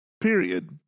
Period